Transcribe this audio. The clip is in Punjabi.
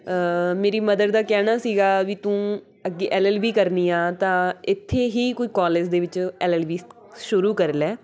ਮੇਰੀ ਮਦਰ ਦਾ ਕਹਿਣਾ ਸੀਗਾ ਵੀ ਤੂੰ ਅੱਗੇ ਐੱਲ ਐੱਲ ਬੀ ਕਰਨੀ ਆ ਤਾਂ ਇੱਥੇ ਹੀ ਕੋਈ ਕੋਲੇਜ ਦੇ ਵਿੱਚ ਐੱਲ ਐੱਲ ਬੀ ਸ਼ੁਰੂ ਕਰ ਲੈ